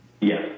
Yes